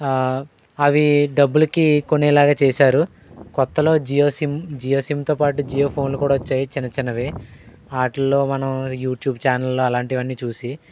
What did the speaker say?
అవి డబ్బులకి కొనేలాగా చేశారు కొత్తలో జియో సిమ్ జియో సిమ్తో పాటు జియో ఫోన్లు కూడా వచ్చాయి చిన్నచిన్నవి వాటిలో మనం యూట్యూబ్ ఛానళ్ళు అలాంటివన్నీ చూసి